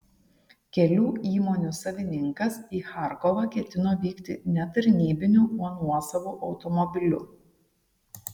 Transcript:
kelių įmonių savininkas į charkovą ketino vykti ne tarnybiniu o nuosavu automobiliu